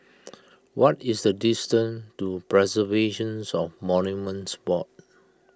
what is the distance to Preservations of Monuments Board